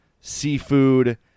seafood